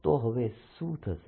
તો હવે શું થશે